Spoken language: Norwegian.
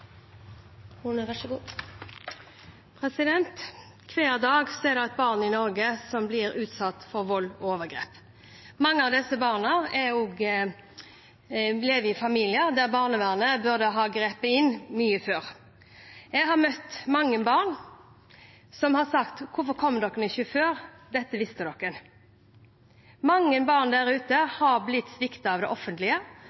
det et barn i Norge som blir utsatt for vold og overgrep. Mange av disse barna lever i familier der barnevernet burde ha grepet inn mye før. Jeg har møtt mange barn som har sagt: Hvorfor kom dere ikke før, dette visste dere? Mange barn der ute